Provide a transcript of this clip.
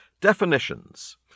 Definitions